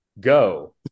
Go